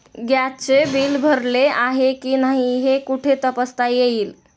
गॅसचे बिल भरले आहे की नाही हे कुठे तपासता येईल?